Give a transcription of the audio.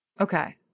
Okay